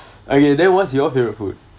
okay then what's your favourite food